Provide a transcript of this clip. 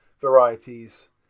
varieties